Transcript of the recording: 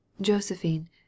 Josephine